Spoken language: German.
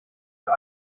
für